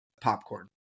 popcorn